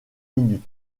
minutes